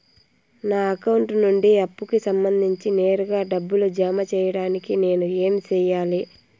నా అకౌంట్ నుండి అప్పుకి సంబంధించి నేరుగా డబ్బులు జామ కావడానికి నేను ఏమి సెయ్యాలి?